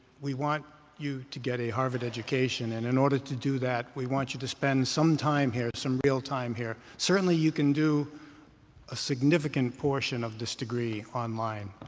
we want you to get a harvard education. and in order to do that, we want you to spend some time here some real time here. certainly, you can do a significant portion of this degree online.